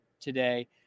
today